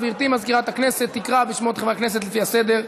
גברתי מזכירת הכנסת תקרא בשמות חברי הכנסת לפי הסדר,